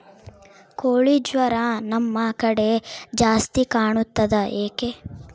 ಕೋಳಿ ಜ್ವರ ನಮ್ಮ ಕಡೆ ಜಾಸ್ತಿ ಕಾಣುತ್ತದೆ ಏಕೆ?